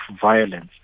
violence